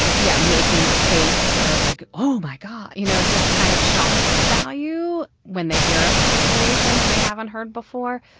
yeah. making a face, or like, oh, my god you know, just kind of shock value when they hear a situation that they haven't heard before.